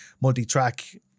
multi-track